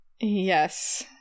Yes